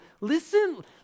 listen